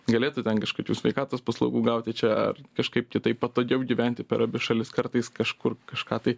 galėtų ten kažkokių sveikatos paslaugų gauti čia ar kažkaip kitaip patogiau gyventi per abi šalis kartais kažkur kažką tai